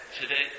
today